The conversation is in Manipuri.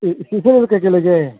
ꯏꯁꯄꯤꯁꯦꯜꯗꯕꯨ ꯀꯔꯤ ꯀꯔꯤ ꯂꯩꯒꯦ